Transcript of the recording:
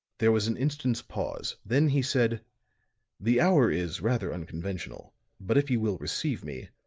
there was an instant's pause, then he said the hour is rather unconventional but if you will receive me,